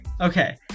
okay